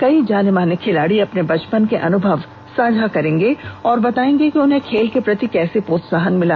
कई जाने माने खिलाड़ी अपने बचपन के अनुभव साझा करेंगे और बतायेंगे कि उन्हें खेल के प्रति कैसे प्रोत्साहन मिला